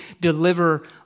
deliver